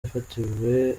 yafatiwe